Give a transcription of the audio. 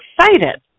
excited